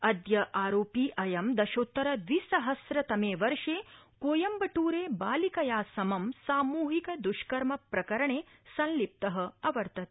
अद्य आरोपी अयं दशोतर द्विसहस्रतमे वर्षे कोयम्बटूरे बालिकया समं सामूहिक द्ष्कर्म प्रकरणे संलिप्तः अवर्तत